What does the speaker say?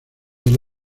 del